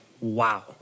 wow